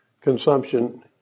consumption